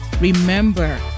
Remember